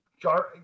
Jar